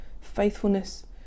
faithfulness